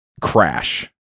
crash